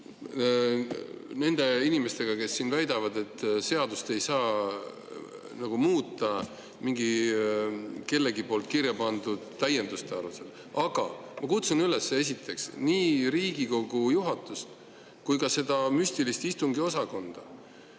nende inimestega, kes siin väidavad, et seadust ei saa muuta mingite kellegi poolt kirja pandud täienduste alusel. Aga ma kutsun üles nii Riigikogu juhatust kui ka seda müstilist istungiosakonda: